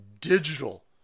digital